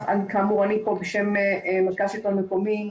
אני כאן בשם מרכז שלטון מקומי,